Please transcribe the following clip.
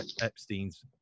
Epstein's